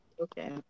Okay